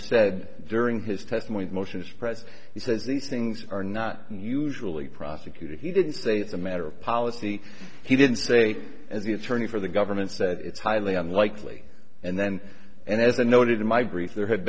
said during his testimony the motions present he says these things are not usually prosecuted he didn't say it's a matter of policy he didn't say as the attorney for the government said it's highly unlikely and then and as i noted in my brief there had